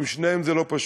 עם שניהם זה לא פשוט.